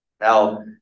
Now